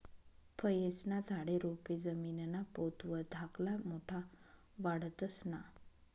फयेस्ना झाडे, रोपे जमीनना पोत वर धाकला मोठा वाढतंस ना?